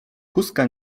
kózka